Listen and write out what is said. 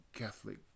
Catholic